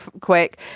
quick